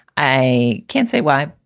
i can't say why,